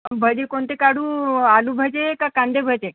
भजे कोणते काढू आलू भजे का कांदे भजे